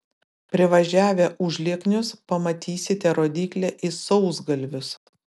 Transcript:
privažiavę užlieknius pamatysite rodyklę į sausgalvius